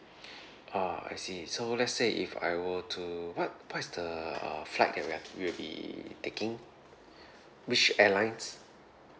oh I see so let's say if I were to what what is the uh flight that we are we'll be taking which airlines